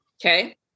okay